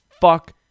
fuck